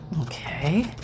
Okay